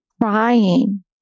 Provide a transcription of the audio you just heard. crying